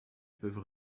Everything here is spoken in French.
peuvent